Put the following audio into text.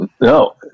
No